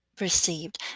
received